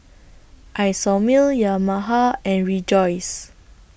Isomil Yamaha and Rejoice